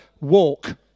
walk